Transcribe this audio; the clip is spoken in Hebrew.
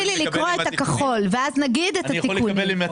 תתחילי לקרוא את הכחול, ונגיד את התיקונים.